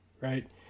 right